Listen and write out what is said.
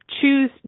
choose